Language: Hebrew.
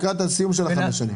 לקראת סיום חמש השנים.